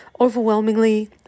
overwhelmingly